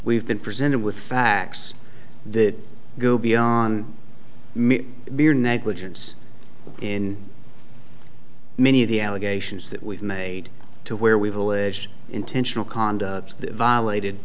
we've been presented with facts that go beyond mere negligence in many of the allegations that we've made to where we've all ij intentional conduct violated